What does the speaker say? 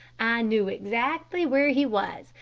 knew exactly where he was,